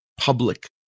public